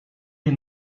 est